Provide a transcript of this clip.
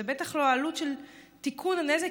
זו בטח לא העלות של תיקון הנזק,